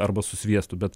arba su sviestu bet